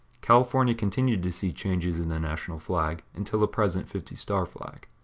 california continued to see changes in the national flag until the present fifty star flag.